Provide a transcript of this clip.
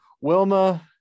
Wilma